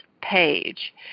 page